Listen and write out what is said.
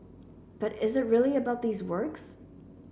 but is it really about these works